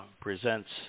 presents